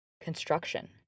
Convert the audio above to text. construction